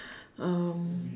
um